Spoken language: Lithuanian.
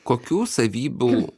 kokių savybių